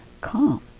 calm